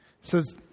says